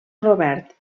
robert